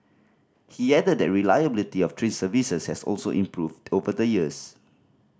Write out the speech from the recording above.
he added that reliability of train services has also improved over the years